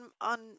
on